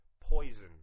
poison